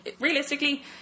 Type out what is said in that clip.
realistically